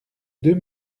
deux